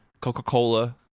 Coca-Cola